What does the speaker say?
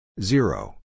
Zero